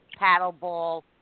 paddleball